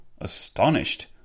astonished